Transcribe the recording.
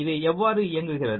இது எவ்வாறு இயங்குகிறது